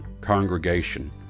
congregation